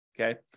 Okay